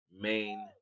Main